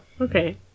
Okay